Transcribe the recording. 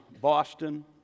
Boston